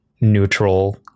neutral